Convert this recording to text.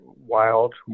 wild